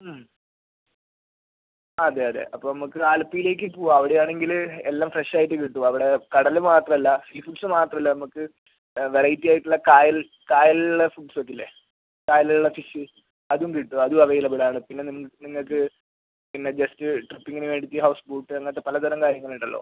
മ് അതെ അതെ അപ്പോൾ നമുക്ക് ആലപ്പിയിലേക്ക് പോവാം അവിടെ ആണെങ്കിൽ എല്ലാം ഫ്രഷ് ആയിട്ട് കിട്ടും അവിടെ കടൽ മാത്രം അല്ല സീ ഫുഡ്സ് മാത്രം അല്ല നമുക്ക് വെറൈറ്റി ആയിട്ടുള്ള കായൽ കായലിലുള്ള ഫുഡ്സ്സ് ഒക്കെ ഇല്ലേ കായലിലുള്ള ഫിഷ് അതും കിട്ടും അതും അവൈലബിൾ ആണ് പിന്നെ നിങ്ങൾക്ക് പിന്നെ ജസ്റ്റ് ട്രിപ്പിംഗിന് വേണ്ടി ഈ ഹൗസ് ബോട്ട് അങ്ങനത്തെ പലതരം കാര്യങ്ങൾ ഉണ്ടല്ലോ